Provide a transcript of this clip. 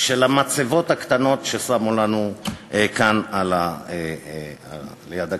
של המצבות הקטנות ששמו לנו כאן ליד הכיסא.